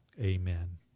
amen